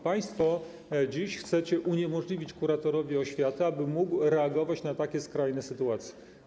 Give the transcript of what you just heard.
Państwo dziś chcecie uniemożliwić kuratorowi oświaty, aby mógł reagować na takie skrajne sytuacje.